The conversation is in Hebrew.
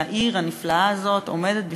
והעיר הנפלאה הזאת עומדת בפני,